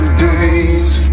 days